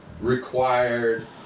required